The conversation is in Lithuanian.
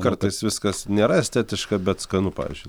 kartais viskas nėra estetiška bet skanu pavyzdžiui